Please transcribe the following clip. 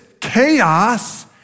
chaos